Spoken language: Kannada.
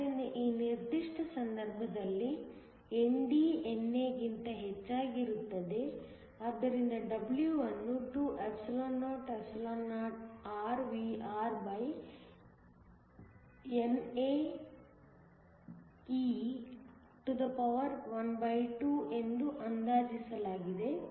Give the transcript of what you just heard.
ಆದ್ದರಿಂದ ಈ ನಿರ್ದಿಷ್ಟ ಸಂದರ್ಭದಲ್ಲಿ ND NA ಗಿಂತ ಹೆಚ್ಚಾಗಿರುತ್ತದೆ ಆದ್ದರಿಂದ W ಅನ್ನು 2orVrNAe12ಎಂದು ಅಂದಾಜಿಸಲಾಗಿದೆ